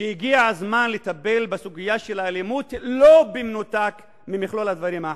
שהגיע הזמן לטפל בסוגיה של האלימות לא במנותק ממכלול הדברים האחרים.